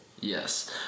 Yes